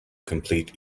complete